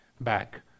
back